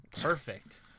Perfect